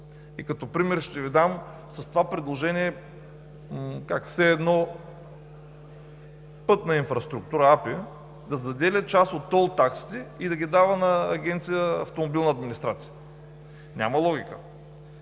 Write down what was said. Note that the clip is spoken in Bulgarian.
И като пример ще Ви дам това приложение – как все едно „Пътна инфраструктура“ да заделя част от тол таксите и да ги дава на Агенция „Автомобилна администрация“. Няма логика.